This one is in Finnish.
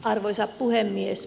arvoisa puhemies